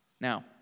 Now